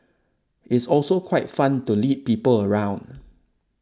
it's also quite fun to lead people around